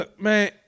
man